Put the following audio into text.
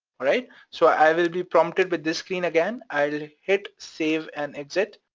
alright? so i will be prompted with this screen again, i'll hit save and exit,